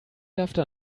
after